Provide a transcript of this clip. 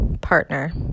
partner